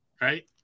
right